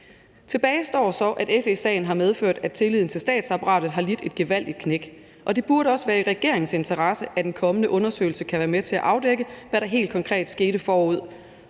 Tilbage står så, at FE-sagen har medført, at tilliden til statsapparatet har lidt et gevaldigt knæk. Det burde også være i regeringens interesse, at den kommende undersøgelse kan være med til at afdække, hvad der helt konkret skete forud